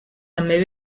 també